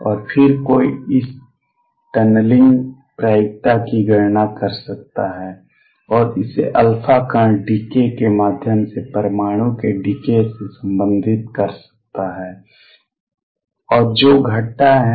और फिर कोई इस टनलिंग प्रायिकता की गणना कर सकता है और इसे अल्फा कण डीके के माध्यम से परमाणु के डीके से संबंधित कर सकता है और जो घटता है